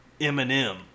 Eminem